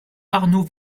arnaud